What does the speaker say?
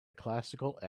classical